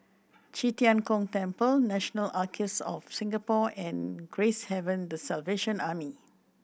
Qi Tian Gong Temple National Archives of Singapore and Gracehaven The Salvation Army